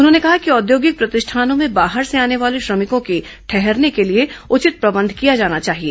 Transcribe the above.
उन्होंने कहा कि औद्योगिक प्रतिष्ठानों में बाहर से आने वाले श्रमिकों के ठहरने के लिए उचित प्रबंध किया जाना चाहिए